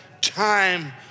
time